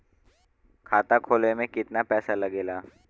खाता खोले में कितना पैसा लगेला?